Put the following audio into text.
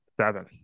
Seven